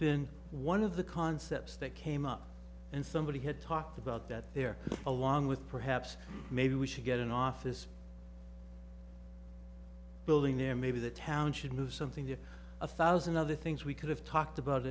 been one of the concepts that came up and somebody had talked about that there along with perhaps maybe we should get an office building there maybe the town should move something to a thousand other things we could have talked about